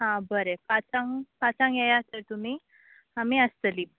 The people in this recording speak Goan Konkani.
आ बरें पांचांक पांचांक येयात तर तुमी आमी आसतलीं